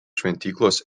šventyklos